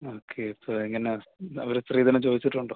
okay ഇപ്പോൾ എങ്ങന അവർ സ്ത്രീധനം ചോദിച്ചിട്ടുണ്ടോ